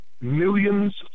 Millions